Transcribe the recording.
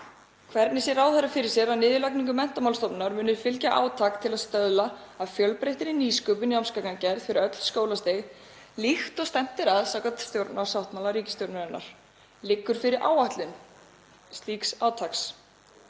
Hvernig sér ráðherra fyrir sér að niðurlagningu Menntamálastofnunar muni fylgja átak til að stuðla að fjölbreyttri nýsköpun í námsgagnagerð fyrir öll skólastig, líkt og stefnt er að samkvæmt stjórnarsáttmála ríkisstjórnarinnar? Liggur fyrir áætlun slíks átaks?